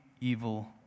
evil